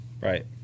Right